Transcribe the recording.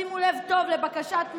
שימו לב טוב לבקשת מי,